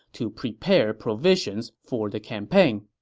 to prepare provisions for the campaign